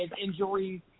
injuries